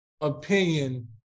opinion